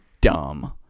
dumb